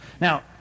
Now